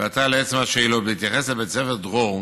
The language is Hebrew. ועתה לעצם השאלות: בהתייחס לבית ספר דרור,